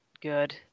good